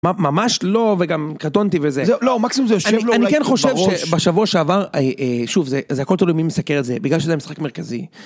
ממש לא וגם קטונתי וזה לא מקסימום אני כן חושב שבשבוע שעבר שוב זה הכל תלוי מי מסקר את זה בגלל שזה משחק מרכזי.